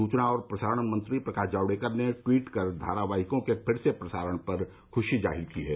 सूचना और प्रसारण मंत्री प्रकाश जावड़ेकर ने टवीट कर धारावाहिकों के फिर से प्रसारण पर ख्शी जाहिर की है